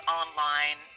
online